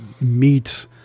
meet